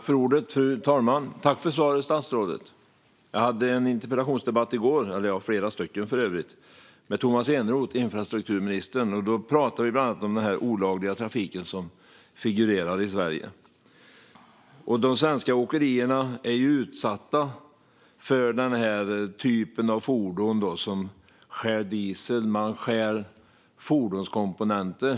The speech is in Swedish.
Fru talman! Jag tackar statsrådet för svaret. Jag hade i går flera interpellationsdebatter med infrastrukturminister Tomas Eneroth. Då pratade vi bland annat om den olagliga trafik som figurerar i Sverige. De svenska åkerierna är utsatta för den här typen av fordon. Man stjäl diesel och fordonskomponenter.